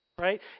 right